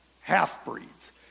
half-breeds